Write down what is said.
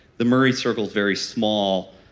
the murray circle's very small.